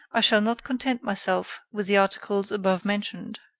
i shall not content myself with the articles above mentioned.